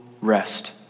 rest